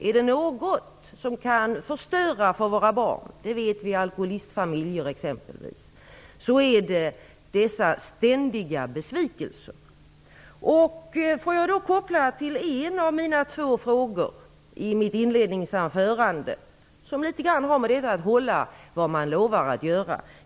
Är det något som kan förstöra för våra barn - det vet vi från exempelvis alkoholistfamiljer - så är det ständiga besvikelser. Jag vill nu koppla till en av de två frågor jag ställde i mitt inledningsanförande, en fråga som litet grand har att göra med detta att hålla vad man lovar.